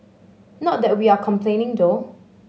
not that we are complaining though